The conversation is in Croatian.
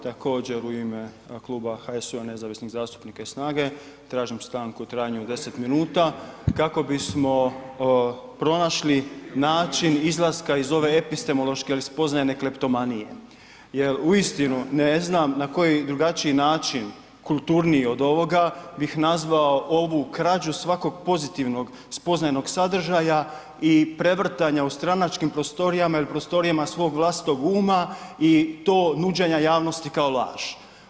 Također u ime kluba HSU-a i nezavisnih zastupnika i SNAGA-e, tražim stanku u trajanju od 10 minuta kako bismo pronašli način izlaska iz ove epistemološke ili spoznajne kleptomanije jer uistinu ne znam na koji drugačiji način, kulturniji od ovoga bih nazvao ovu krađu svakog pozitivnog spoznajnog sadržaja i prevrtanja u stranačkim prostorijama ili prostorijama svog vlastitog uma i to nuđenja javnosti kao laž.